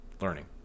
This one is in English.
learning